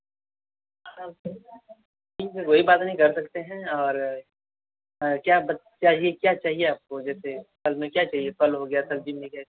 ठीक है कोई बात नहीं कर सकते हैं और क्या क्या यह क्या चाहिए आपको जैसे फल में क्या चाहिए फल हो गया सब्ज़ी में क्या